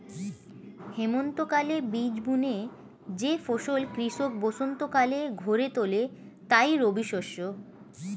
হেমন্তকালে বীজ বুনে যে ফসল কৃষক বসন্তকালে ঘরে তোলে তাই রবিশস্য